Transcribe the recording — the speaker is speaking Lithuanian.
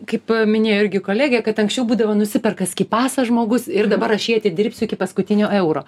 kaip minėjo irgi kolegė kad anksčiau būdavo nusiperka ski pasą žmogus ir dabar aš jį atidirbsiu iki paskutinio euro